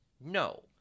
No